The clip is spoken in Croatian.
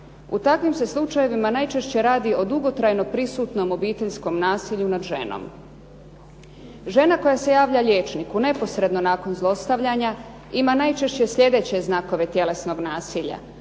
U takvim se slučajevima najčešće radi o dugotrajno prisutnom obiteljskom nasilju nad ženom. Žena koja se javlja liječniku neposredno nakon zlostavljanja ima najčešće sljedeće znakove tjelesnog nasilja: